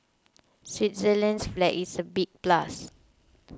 Switzerland's flag is a big plus